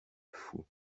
fou